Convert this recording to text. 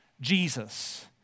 Jesus